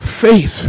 faith